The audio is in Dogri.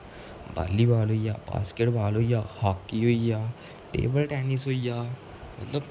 बॉल्ली बॉल होई गेआ बास्कट बॉल होई गेआ हॉकी होई गेआ टेबल टैनिस होई गेआ मतलब